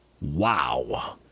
Wow